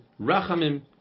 rachamim